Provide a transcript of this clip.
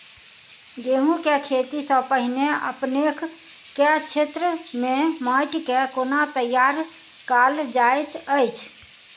गेंहूँ केँ खेती सँ पहिने अपनेक केँ क्षेत्र मे माटि केँ कोना तैयार काल जाइत अछि?